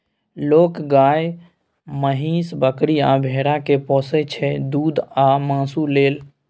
लोक गाए, महीष, बकरी आ भेड़ा केँ पोसय छै दुध आ मासु लेल